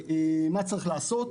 השאלה היא מה צריך לעשות.